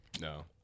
No